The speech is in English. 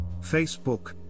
Facebook